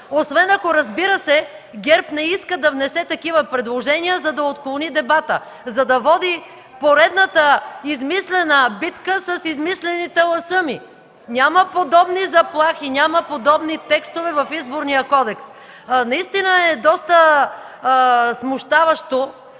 освен ако, разбира се, ГЕРБ не иска да внесе такива предложения, за да отклони дебатът, за да води поредната измислена битка с измислени таласъми. Няма подобни заплахи, няма подобни текстове в Изборния кодекс. Наистина е доста смущаващо,